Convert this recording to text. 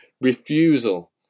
refusal